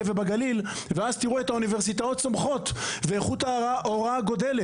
גם בשביל שבאמת יבואו לבוא ללמוד במוסדות האקדמיים יותר